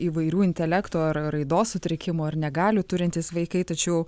įvairių intelekto ar raidos sutrikimų ar negalių turintys vaikai tačiau